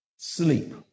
Sleep